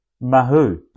Mahu